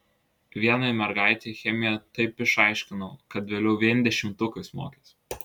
vienai mergaitei chemiją taip išaiškinau kad vėliau vien dešimtukais mokėsi